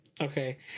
Okay